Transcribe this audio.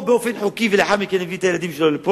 או באופן חוקי, ולאחר מכן הביא את הילדים שלו הנה.